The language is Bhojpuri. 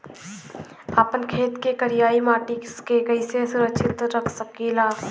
आपन खेत के करियाई माटी के कइसे सुरक्षित रख सकी ला?